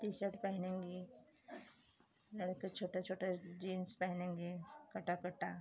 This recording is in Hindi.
टी शर्ट पहनेंगी लडके छोटे छोटे जींस पहनेंगे कटा कटा